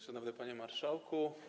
Szanowny Panie Marszałku!